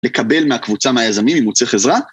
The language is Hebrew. לקבל מהקבוצה מהיזמים, אם הוא צריך עזרה.